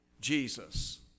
Jesus